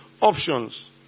Options